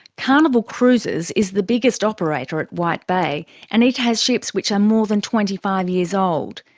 carnival cruises is the biggest operator at white bay and it has ships which are more than twenty five years old.